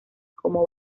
como